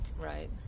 Right